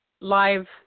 live